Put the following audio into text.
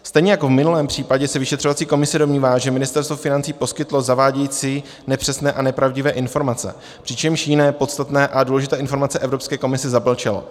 Stejně jako v minulém případě se vyšetřovací komise domnívá, že Ministerstvo financí poskytlo zavádějící, nepřesné a nepravdivé informace, přičemž jiné, podstatné a důležité informace Evropské komisi zamlčelo.